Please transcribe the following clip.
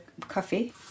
coffee